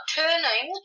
turning